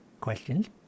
Questions